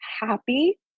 happy